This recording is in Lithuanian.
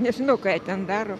nežinau ką jie ten daro